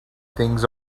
things